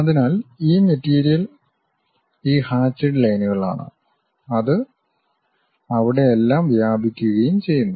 അതിനാൽ ഈ മെറ്റീരിയൽ ഈ ഹാചിഡ് ലൈനുകളാണ് അത് അവിടെയെല്ലാം വ്യാപിക്കുകയും ചെയ്യുന്നു